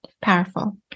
Powerful